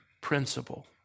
Principle